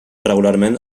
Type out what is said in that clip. regularment